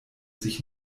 sich